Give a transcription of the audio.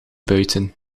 buiten